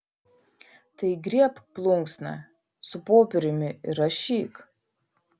tai griebk plunksną su popieriumi ir rašyk